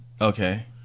Okay